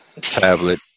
tablet